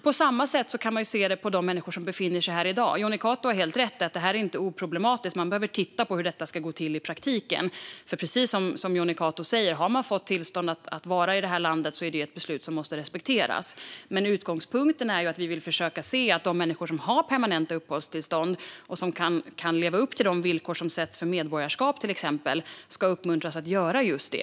På samma sätt kan man se på de människor som befinner sig här i dag. Jonny Cato har helt rätt i att det inte är oproblematiskt. Vi behöver titta på hur detta ska gå till i praktiken. Har man fått tillstånd att vara i det här landet är det ett beslut som måste respekteras, precis som Jonny Cato säger. Men utgångspunkten är att vi vill försöka se till att de människor som har permanenta uppehållstillstånd och lever upp till villkoren för medborgarskap ska uppmuntras att bli medborgare.